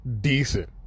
decent